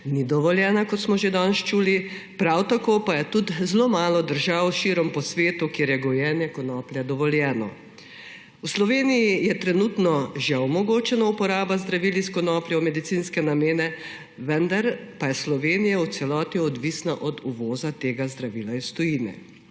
ni dovoljeno, kot smo že danes čuli, prav tako pa je tudi zelo malo držav širom po svetu, kjer je gojenje konoplje dovoljeno. V Sloveniji je trenutno že omogočena uporaba zdravil iz konoplje v medicinske namene, vendar pa je Slovenija v celoti odvisna od uvoza tega zdravila iz tujine.